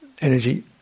energy